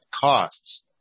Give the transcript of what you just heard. costs